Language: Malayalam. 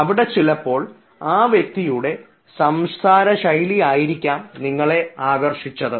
അവിടെ ചിലപ്പോൾ ആ വ്യക്തിയുടെ സംസാരശൈലി ആയിരിക്കാം നിങ്ങളെ ആകർഷിച്ചത്